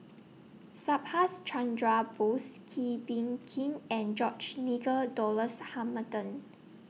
Subhas Chandra Bose Kee Bee Khim and George Nigel Douglas Hamilton